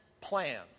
plan